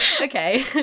okay